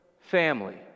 family